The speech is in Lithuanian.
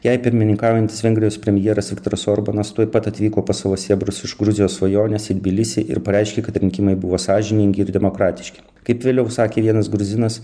jai pirmininkaujantis vengrijos premjeras viktoras orbanas tuoj pat atvyko pas savo sėbrus iš gruzijos svajonės į tbilisį ir pareiškė kad rinkimai buvo sąžiningi ir demokratiški kaip vėliau sakė vienas gruzinas